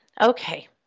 Okay